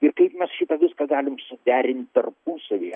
ir kaip mes šitą viską galim suderint tarpusavyje